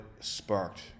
sparked